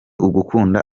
ugukunda